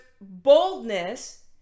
boldness